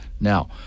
Now